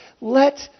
Let